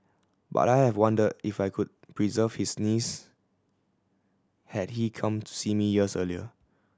but I have wondered if I could preserved his knees had he come to see me years earlier